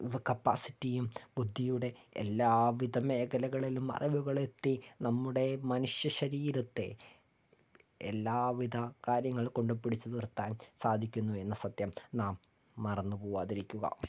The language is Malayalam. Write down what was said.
വ കപ്പാസിറ്റിയും ബുദ്ധിയുടെ എല്ലാ വിധ മേഖലകളിലും അറിവുകളെത്തി നമ്മുടെ മനുഷ്യ ശരീരത്തെ എല്ലാ വിധ കാര്യങ്ങൾ കൊണ്ടും പിടിച്ചു നിർത്താൻ സാധിക്കുന്നു എന്ന സത്യം നാം മറന്നുപോകാതിരിക്കുക